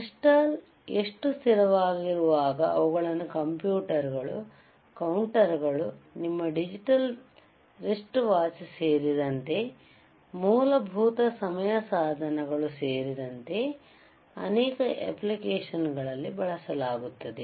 crystal ಎಷ್ಟು ಸ್ಥಿರವಾಗಿರುವಾಗ ಅವುಗಳನ್ನು ಕಂಪ್ಯೂಟರ್ ಗಳು ಕೌಂಟರ್ ಗಳು ನಿಮ್ಮ ಡಿಜಿಟಲ್ ರಿಸ್ಟ್ ವಾಚ್ ಸೇರಿದಂತೆ ಮೂಲಭೂತ ಸಮಯ ಸಾಧನಗಳು ಸೇರಿದಂತೆ ಅನೇಕ ಅಪ್ಲಿಕೇಶನ್ ಗಳಲ್ಲಿ ಬಳಸಲಾಗುತ್ತದೆ